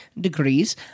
degrees